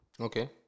Okay